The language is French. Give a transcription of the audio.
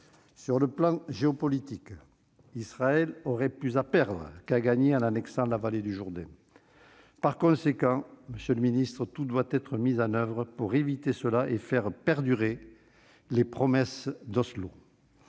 Sur le plan géopolitique, Israël aurait plus à perdre qu'à gagner en annexant la vallée du Jourdain. Par conséquent, tout doit être mis en oeuvre pour éviter cela et faire perdurer les promesses d'Oslo.